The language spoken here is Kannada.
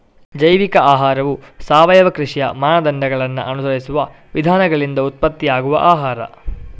ಜೈವಿಕ ಆಹಾರವು ಸಾವಯವ ಕೃಷಿಯ ಮಾನದಂಡಗಳನ್ನ ಅನುಸರಿಸುವ ವಿಧಾನಗಳಿಂದ ಉತ್ಪತ್ತಿಯಾಗುವ ಆಹಾರ